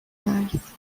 مرز